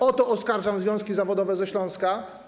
O to oskarżam związki zawodowe ze Śląska.